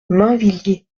mainvilliers